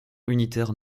unitaire